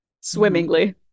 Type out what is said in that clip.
swimmingly